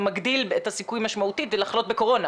גם מגדיל את הסיכוי משמעותית גם לחלות בקורונה